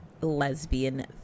Lesbian